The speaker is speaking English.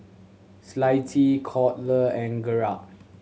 Clytie Colter and Gerhard